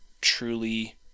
truly